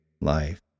life